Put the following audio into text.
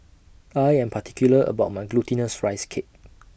I Am particular about My Glutinous Rice Cake